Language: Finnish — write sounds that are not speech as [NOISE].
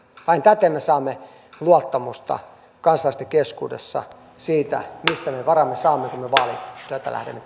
vain täten me saamme luottamusta kansalaisten keskuudessa siinä mistä me varamme saamme kun me vaalityötä lähdemme [UNINTELLIGIBLE]